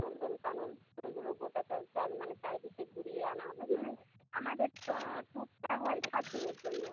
নন্দনকানন ঐগুলো গোটাটা চার মানে চারিদিকে ঘুরিয়ে আনা হবে মানে আমাদের ট্যুরটা হয় সাত দিনের জন্য